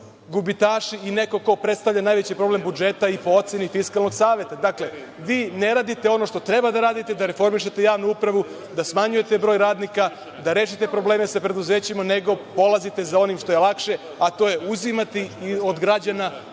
i neko ko predstavlja najveći problem budžeta i po oceni Fiskalnog saveta. Dakle, vi ne radite ono što treba da radite da reformišete javnu upravu, da smanjujete broj radnika, da rešite probleme sa preduzećima, nego polazite za onim što je lakše, a to je uzimati od građana,